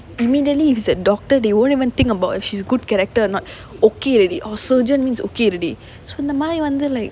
immediately if he's a doctor they won't even think about if his good character or not okay already oh surgeon means okay already so இந்த மாரி வந்து:intha maari vanthu like